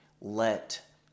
let